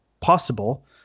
possible